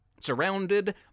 surrounded